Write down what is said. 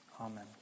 Amen